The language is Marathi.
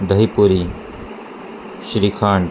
दहीपुरी श्रीखंड